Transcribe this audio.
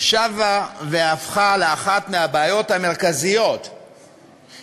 שבה והפכה לאחת מהבעיות המרכזיות